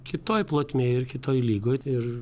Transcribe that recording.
kitoj plotmėj ir kitoj lygoj ir